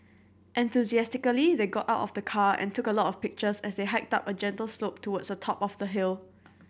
enthusiastically they got out of the car and took a lot of pictures as they hiked up a gentle slope towards the top of the hill